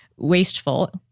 wasteful